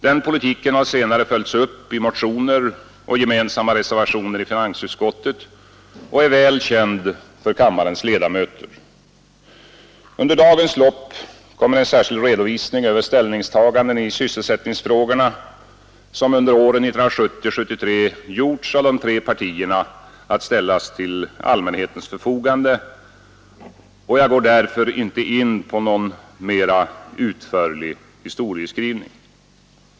Den politiken har senare följts upp i motioner och gemensamma reservationer i finansutskottet och är väl känd för kammarens ledamöter. Under dagens lopp kommer en särskild redovisning över ställningstaganden i sysselsättningsfrågorna som under åren 1970-1973 gjorts av de tre partierna att ställas till allmänhetens förfogande. Jag går därför inte in på någon mera utförlig historieskrivning.